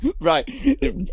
Right